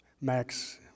Max